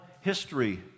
history